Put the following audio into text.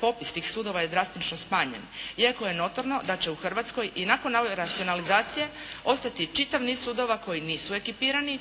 popis tih sudova je drastično smanjen iako je notorno da će u Hrvatskoj i nakon ove racionalizacije ostati čitav niz sudova koji nisu ekipirani